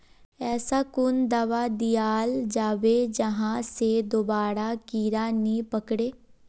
ऐसा कुन दाबा दियाल जाबे जहा से दोबारा कीड़ा नी पकड़े?